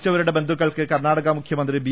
മരിച്ചവരുടെ ബന്ധുക്കൾക്ക് കർണാടക മുഖ്യമന്ത്രി ബി